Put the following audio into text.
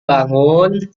bangun